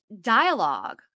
dialogue